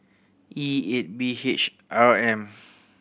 E eight B H R M